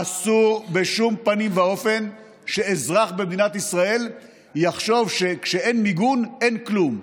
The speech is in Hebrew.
אסור בשום פנים ואופן שאזרח במדינת ישראל יחשוב שכשאין מיגון אין כלום.